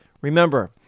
Remember